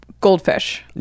goldfish